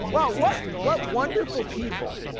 wow, what what wonderful people.